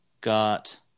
got